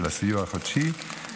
הסיוע החודשי,